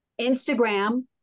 Instagram